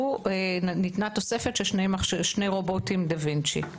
וניתנה תוספת של שני רובוטים דה-וינצי'.